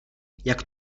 jak